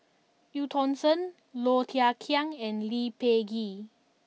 Eu Tong Sen Low Thia Khiang and Lee Peh Gee